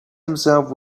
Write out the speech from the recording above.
himself